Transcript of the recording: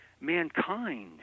mankind